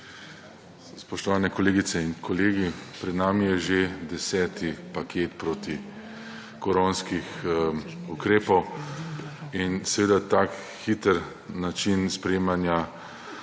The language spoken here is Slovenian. Spoštovane kolegice in kolegi, pred nami je že 10 paket protikoronskih ukrepov in seveda ta hiter način sprejemanja,